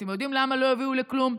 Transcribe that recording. אתם יודעים למה לא יובילו לכלום?